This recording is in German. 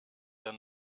der